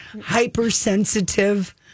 Hypersensitive